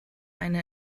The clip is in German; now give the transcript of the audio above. eine